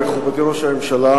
מכובדי ראש הממשלה,